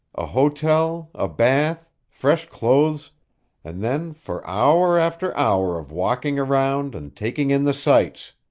a hotel, a bath, fresh clothes and then for hour after hour of walking around and taking in the sights!